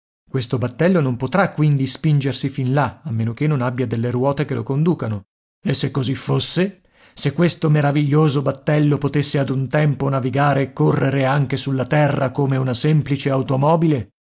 questo battello non potrà quindi spingersi fin là a meno che non abbia delle ruote che lo conducano e se così fosse se questo meraviglioso battello potesse ad un tempo navigare e correre anche sulla terra come una semplice automobile